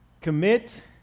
commit